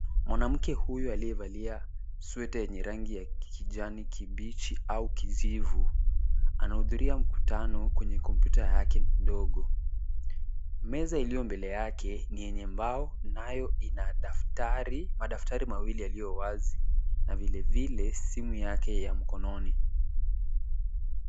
Mwanamke huyu aliyevalia sweta yenye rangi ya kijani kibichi au kijivu anahudhuria mkutano kwenye kompyuta yake ndogo. Meza iliyo mbele yake ni yenye mbao nayo ina madaftari mawili yaliyo wazi na vilevile simu yake ya mkononi.